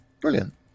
Brilliant